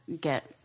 get